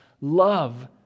love